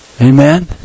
Amen